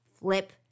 flip